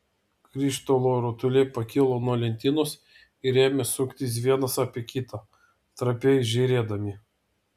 krištolo rutuliai pakilo nuo lentynos ir ėmė suktis vienas apie kitą trapiai žėrėdami